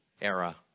era